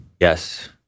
Yes